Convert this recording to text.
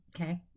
Okay